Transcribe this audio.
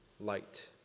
light